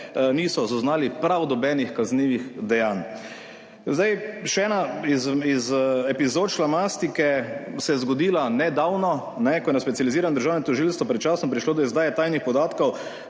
niso zaznali prav nobenih kaznivih dejanj. Še ena iz epizod šlamastike se je zgodila nedavno, ko je na Specializiranem državnem tožilstvu pred časom prišlo do izdaje tajnih podatkov,